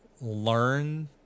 learn